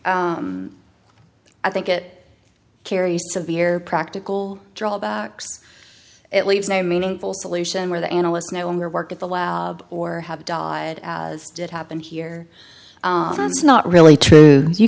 i think it carries severe practical drawbacks it leaves no meaningful solution where the analysts no longer work at the lab or have died as did happen here it's not really true you